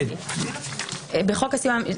מין שבאות מדברות בתוך הקשר של טיפול נפשי,